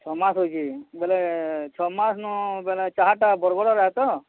ଛଅ ମାସ ହେଇଛେ ବୋଇଲେ ଛଅ ମାସ ନୁହଁ ବୋଇଲେ ଚାହାଟା ବରଗଡ଼ର୍ ଆଏ ତ